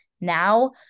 now